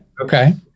Okay